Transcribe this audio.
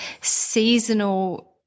seasonal